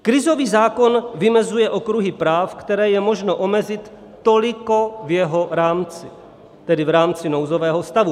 Krizový zákon vymezuje okruhy práv, které je možno omezit toliko v jeho rámci, tedy v rámci nouzového stavu.